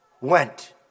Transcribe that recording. went